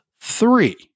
three